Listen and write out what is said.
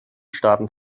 staaten